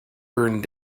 burned